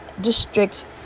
district